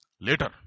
Later